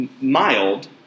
mild